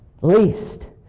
least